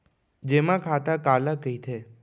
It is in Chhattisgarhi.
जेमा खाता काला कहिथे?